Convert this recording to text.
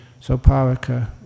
Soparaka